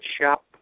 shop